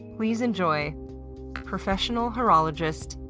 please enjoy professional horologist,